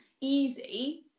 easy